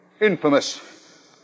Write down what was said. infamous